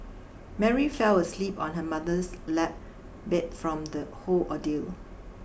Mary fell asleep on her mother's lap beat from the whole ordeal